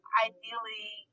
ideally